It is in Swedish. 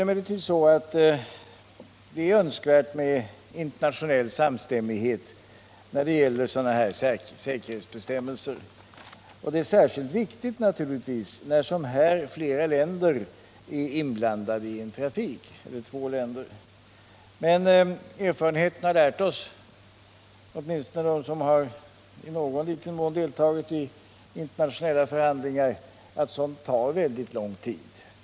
Emellertid är det önskvärt med internationell samstämmighet när det gäller sådana här säkerhetsbestämmelser, och det är naturligtvis särskilt viktigt när som här två länder är inblandade i en trafik. Erfarenheten har lärt åtminstone dem av oss som i någon liten mån har deltagit i internationella förhandlingar att sådana tar väldigt lång tid.